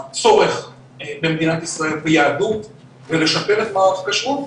הצורך במדינת ישראל ביהדות ולשפר את מערך הכשרות.